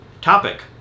topic